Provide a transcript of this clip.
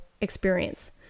experience